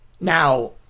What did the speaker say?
Now